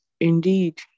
indeed